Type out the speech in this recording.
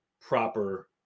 proper